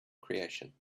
creation